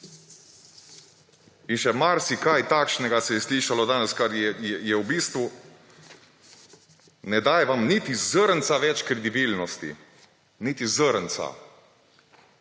In še marsikaj takšnega se je slišalo danes, kar v bistvu vam ne daje niti zrnca več kredibilnosti, niti zrnca.